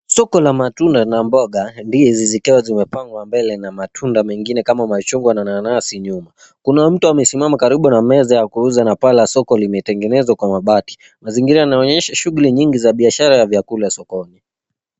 Soko la matunda na mboga ndizi zikiwa zimepangwa mbele na matunda mengine kama machungwa na manansi nyuma. Kuna mtu amesimama karibu na meza na paa la soko limetengeneza kwa mabati na mazingira yanaonyesha shughuli nyingine za biashara ya sokoni.